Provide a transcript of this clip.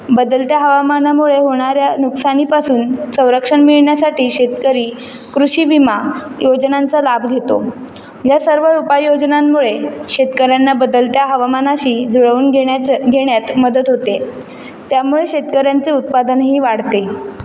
बदलत्या हवामानामुळे होणाऱ्या नुकसानीपासून संरक्षण मिळण्यासाठी शेतकरी कृषी विमा योजनांचा लाभ घेतो या सर्व उपाययोजनांमुळे शेतकऱ्यांना बदलत्या हवामानाशी जुळवून घेण्याच घेण्यात मदत होते त्यामुळे शेतकऱ्यांचे उत्पादनही वाढते